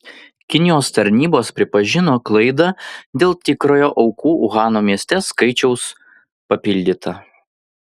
kinijos tarnybos pripažino klaidą dėl tikrojo aukų uhano mieste skaičiaus papildyta